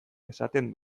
esaten